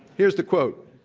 here's the quote,